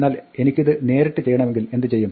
എന്നാൽ എനിക്കിത് നേരിട്ട് ചെയ്യണമെങ്കിൽ എന്ത് ചെയ്യും